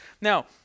Now